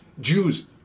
Jews